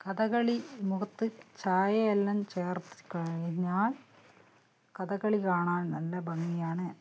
കഥകളി മുഖത്ത് ചായമെല്ലാം ചേർത്ത് കഴിഞ്ഞാൽ കഥകളി കാണാൻ നല്ല ഭംഗിയാണ്